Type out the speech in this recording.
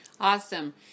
awesome